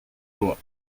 lois